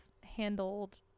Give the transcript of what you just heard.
handled